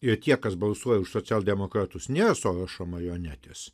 ir tie kas balsuoja už socialdemokratus nėra sorošo marionetės